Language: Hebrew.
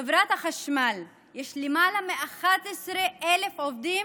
בחברת החשמל יש למעלה מ-11,000 עובדים